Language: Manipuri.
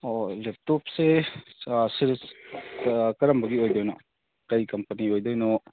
ꯑꯣ ꯂꯦꯞꯇꯣꯞꯁꯦ ꯀꯔꯝꯕꯒꯤ ꯑꯣꯏꯒꯗꯣꯏꯅꯣ ꯀꯔꯤ ꯀꯝꯄꯅꯤ ꯑꯣꯏꯒꯗꯣꯏꯅꯣ